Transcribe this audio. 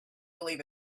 believe